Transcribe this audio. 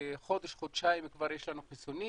תוך חודש חודשיים כבר יהיו לנו חיסונים.